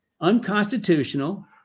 unconstitutional